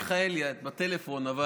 השרה מיכאלי, את בטלפון, אבל